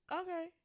Okay